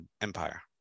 empire